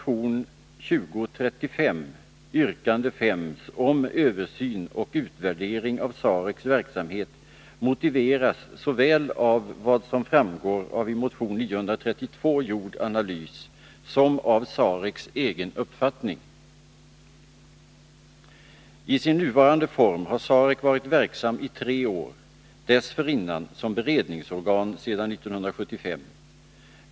I sin nuvarande form har SAREC varit verksam i tre år, dessförinnan som beredningsorgan sedan 1975.